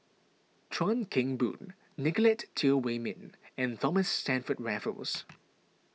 Chuan Keng Boon Nicolette Teo Wei Min and Thomas Stamford Raffles